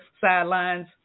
sidelines